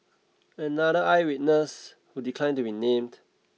another eye witness who declined to be named